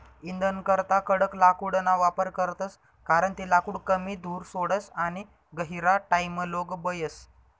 इंधनकरता कडक लाकूडना वापर करतस कारण ते लाकूड कमी धूर सोडस आणि गहिरा टाइमलोग बयस